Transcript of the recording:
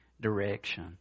direction